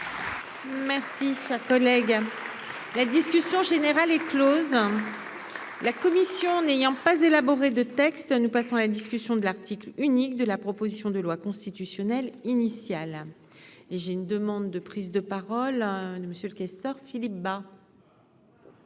Merci, cher collègue. La discussion générale est Close, la commission n'ayant pas et là. De textes, nous passons à la discussion de l'article unique de la proposition de loi constitutionnelle initial et j'ai une demande de prise de parole de monsieur le questeur Philippe Bas.